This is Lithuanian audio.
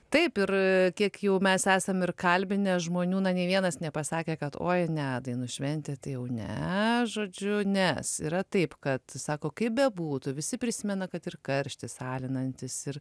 taip ir kiek jau mes esam ir kalbinę žmonių na nei vienas nepasakė kad oi ne dainų šventė tai jau ne žodžiu nes yra taip kad sako kaip bebūtų visi prisimena kad ir karštis alinantis ir